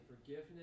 forgiveness